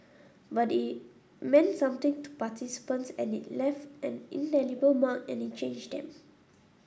but it meant something to participants and it left an indelible mark and it changed them